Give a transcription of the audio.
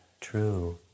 true